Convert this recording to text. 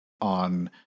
on